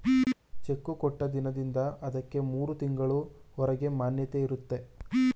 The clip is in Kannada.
ಚೆಕ್ಕು ಕೊಟ್ಟ ದಿನದಿಂದ ಅದಕ್ಕೆ ಮೂರು ತಿಂಗಳು ಹೊರಗೆ ಮಾನ್ಯತೆ ಇರುತ್ತೆ